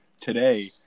today